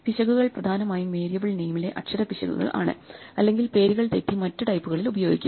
പിശകുകൾ പ്രധാനമായും വേരിയബിൾ നെയിമിലെ അക്ഷരപിശകുകൾ ആണ് അല്ലെങ്കിൽ പേരുകൾ തെറ്റി മറ്റു ടൈപ്പുകളിൽ ഉപയോഗിക്കും